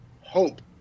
hope